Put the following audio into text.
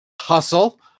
hustle